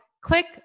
click